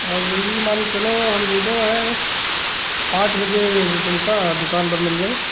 अब ई मान के चलो हम हैं पाँच बजे अब तुमका दुकान पर मिलबै